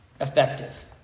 effective